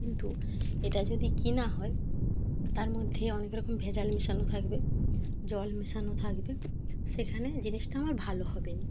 কিন্তু এটা যদি কেনা হয় তার মধ্যে অনেক রকম ভেজাল মেশানো থাকবে জল মেশানো থাকবে সেখানে জিনিসটা আমার ভালো হবে নি